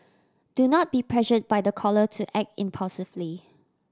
do not be pressured by the caller to act impulsively